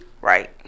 Right